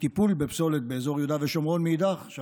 לטיפול בפסולת באזור יהודה ושומרון מאידך גיסא,